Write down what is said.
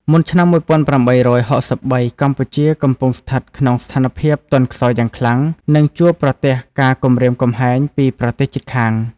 មុនឆ្នាំ ១៨៦៣ កម្ពុជាកំពុងស្ថិតក្នុងស្ថានភាពទន់ខ្សោយយ៉ាងខ្លាំង និងជួបប្រទះការគំរាមកំហែងពីប្រទេសជិតខាង។